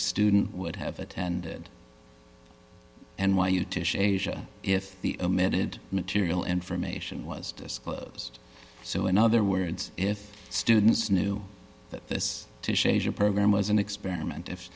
student would have attended n y u tissue if the omitted material information was disclosed so in other words if students knew that this program was an experiment